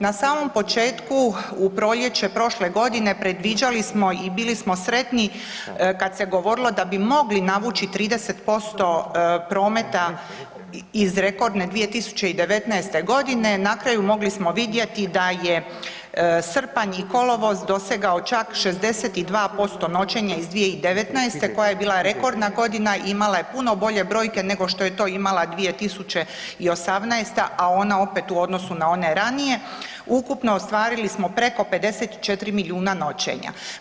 Na samom početku u proljeće prošle godine, predviđali smo i bili smo sretni kad se govorilo da bi mogli navući 30% prometa iz rekordne 2019.g., na kraju mogli smo vidjeti da je srpanj i kolovoz dosegao čak 62% noćenja iz 2019. koja je bila rekordna godina i imala je puno bolje brojke nego što je to imala 2018. a ona opet u odnosu na one ranije, ukupno ostvarili smo preko 54 milijuna noćenja.